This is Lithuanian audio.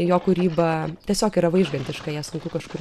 jo kūryba tiesiog yra vaižgantiška ją sunku kažkur